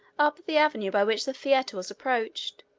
up the avenue by which the theater was approached,